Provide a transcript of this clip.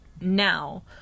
now